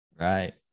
Right